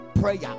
prayer